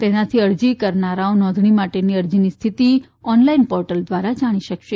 તેનાથી અરજી કરનારાઓ નોંધણી માટેની અરજીની સ્થિતિ ઓનલાઈન પોર્ટલ દ્વારા જાણી શકશે